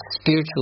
spiritual